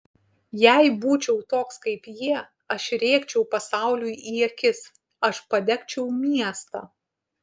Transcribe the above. jei būčiau toks kaip jie aš rėkčiau pasauliui į akis aš padegčiau miestą